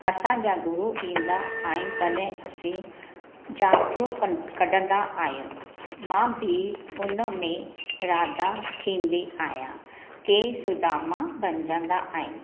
असांजा गुरू ईंदा आहिनि तॾहिं असां झाकियूं कढंदा आहियूं मां बि उनमें राधा थींदी आहियां के सुदामा बणजंदा आहिनि